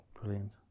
Brilliant